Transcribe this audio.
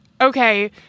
okay